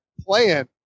playing